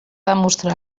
demostrar